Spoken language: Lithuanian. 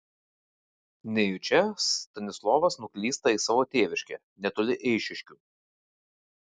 nejučia stanislovas nuklysta į savo tėviškę netoli eišiškių